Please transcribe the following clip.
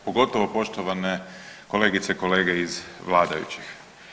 Pogotovo poštovane kolegice i kolege iz vladajućih.